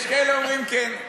יש כאלה שאומרים כן.